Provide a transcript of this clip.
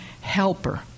helper